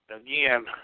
again